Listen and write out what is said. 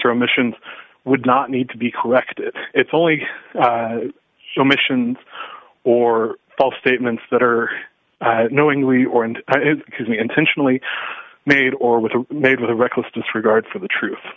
omissions would not need to be corrected it's only the missions or false statements that are knowingly or and cause me intentionally made or with a made with a reckless disregard for the truth